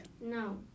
No